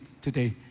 today